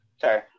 sorry